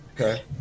Okay